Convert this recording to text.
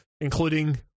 including